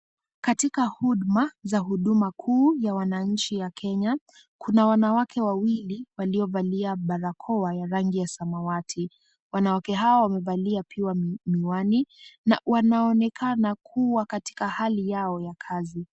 Katika huduma za huduma kuu ya wananchi ya Kenya, kuna wanawake wawili waliovalia barakoa ya rangi ya samawati. Wanawake hawa wamevalia pia miwani na wanaonekana kuwa katika hali yao ya kazi.